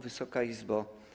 Wysoka Izbo!